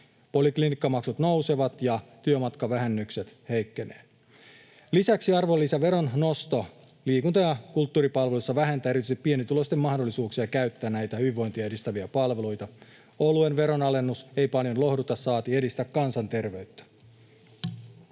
Poliklinikkamaksut nousevat, ja työmatkavähennykset heikkenevät. Lisäksi arvonlisäveron nosto liikunta- ja kulttuuripalveluissa vähentää erityisesti pienituloisten mahdollisuuksia käyttää näitä hyvinvointia edistäviä palveluita. Oluen veronalennus ei paljon lohduta saati edistä kansanterveyttä.